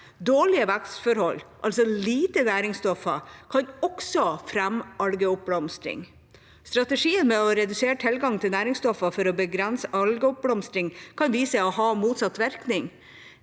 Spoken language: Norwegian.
Dårlige vekstforhold, altså lite næringsstoffer, kan også fremme algeoppblomstring. Strategien med å redusere tilgangen på næringsstoffer for å begrense algeoppblomstring, kan vise seg å ha motsatt virkning.